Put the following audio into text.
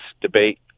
debate